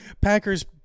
Packers